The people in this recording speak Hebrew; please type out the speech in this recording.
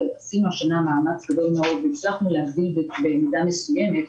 עשינו השנה מאמץ גדול מאוד והצלחנו להגדיל במידה מסוימת.